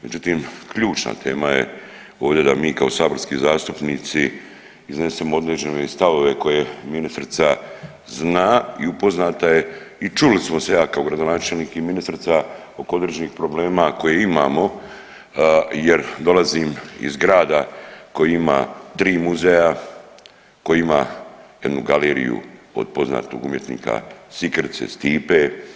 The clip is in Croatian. Međutim, ključna tema je ovdje da mi kao saborski zastupnici iznesemo određene stavove koje ministrica zna i upoznata je i čuli smo se i ja kao gradonačelnik i ministrica oko određenih problema koje imamo jer dolazim iz grada koji ima tri muzeja, koji ima jednu galeriju od poznatog umjetnika Sikirice Stipe.